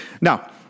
Now